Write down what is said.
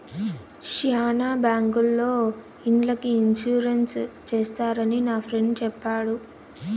శ్యానా బ్యాంకుల్లో ఇండ్లకి ఇన్సూరెన్స్ చేస్తారని నా ఫ్రెండు చెప్పాడు